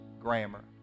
grammar